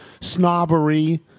snobbery